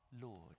Lord